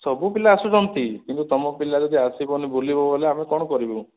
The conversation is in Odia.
ସବୁ ପିଲା ଆସୁଛନ୍ତି କିନ୍ତୁ ତମ ପିଲା ଯଦି ଆସିବନି ବୁଲିବ ବୋଲେ ଆମେ କ'ଣ କରିବୁ